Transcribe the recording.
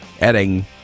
adding